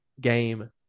game